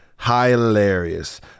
Hilarious